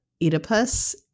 Oedipus